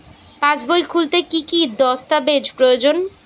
পাসবই খুলতে কি কি দস্তাবেজ প্রয়োজন?